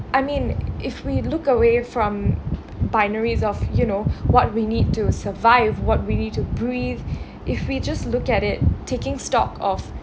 I mean if we look away from binaries off you know what we need to survive what we need to breathe if we just look at it taking stock of